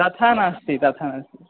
तथा नास्ति तथा नास्ति